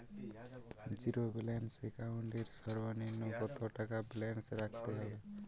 Zero balance account এর সর্বনিম্ন কত টাকা ব্যালেন্স রাখতে হবে?